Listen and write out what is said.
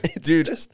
Dude